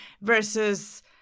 versus